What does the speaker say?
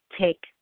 take